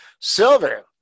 Silver